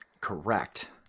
Correct